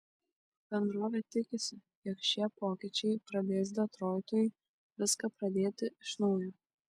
bendrovė tikisi jog šie pokyčiai pradės detroitui viską pradėti iš naujo